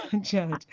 judge